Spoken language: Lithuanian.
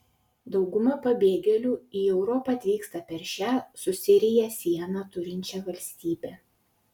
dauguma pabėgėlių į europą atvyksta per šią su sirija sieną turinčią valstybę